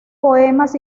poemas